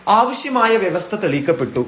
അപ്പോൾ അവശ്യമായ വ്യവസ്ഥ തെളിയിക്കപ്പെട്ടു